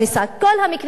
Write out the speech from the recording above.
בכל המקרים שאני הצגתי,